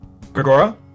Gregora